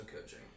coaching